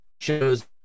shows